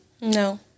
No